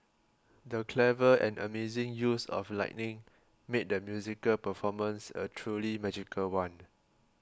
the clever and amazing use of lighting made the musical performance a truly magical one